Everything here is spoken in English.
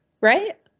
right